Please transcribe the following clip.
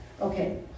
Okay